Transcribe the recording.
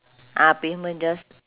ah pavement just